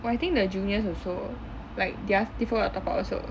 oh I think the juniors also like their they all forgot to top up also